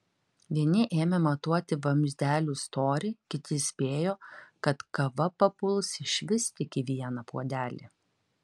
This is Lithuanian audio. vieni ėmė matuoti vamzdelių storį kiti spėjo kad kava papuls išvis tik į vieną puodelį